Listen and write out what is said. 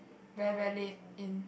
very very late in